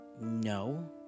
No